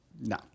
No